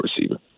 receiver